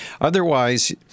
Otherwise